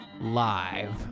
Live